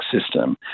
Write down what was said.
system